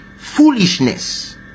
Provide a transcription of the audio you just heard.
foolishness